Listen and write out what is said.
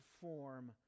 form